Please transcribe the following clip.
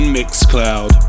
MixCloud